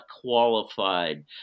qualified